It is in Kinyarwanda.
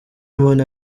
umuntu